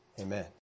Amen